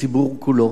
הציבור כולו.